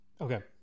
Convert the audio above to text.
okay